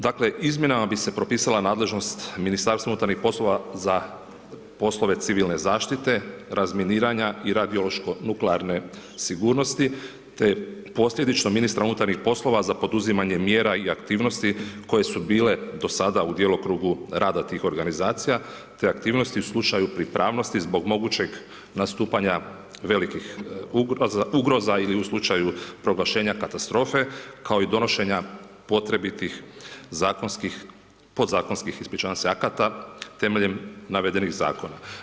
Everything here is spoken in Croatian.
Dakle, izmjenama bi se propisala nadležnost Ministarstva unutarnjih poslova za poslove civilne zaštite, razminiranja i radiološko nuklearne sigurnosti, te posljedično ministra unutarnjih poslova za poduzimanje mjera i aktivnosti koje su bile do sada u djelokrugu rada tih organizacije, te aktivnosti u slučaju pripravnosti zbog mogućeg nastupanja velikih ugroza ili u slučaju proglašenja katastrofe, kao i donošenja potrebitih zakonskih, podzakonskih ispričavam se, akata, temeljem navedenih Zakona.